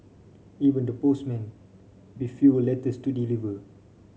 even the postmen with fewer letters to deliver